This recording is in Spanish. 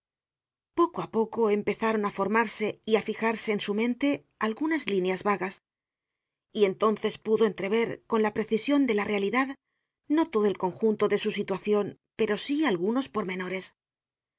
poco á poco empezaron á formarse y á fijarse en su mente algunas líneas vagas y entonces pudo entrever con la precision de la realidad no todo el conjunto de su situacion pero sí algunos pormenores principió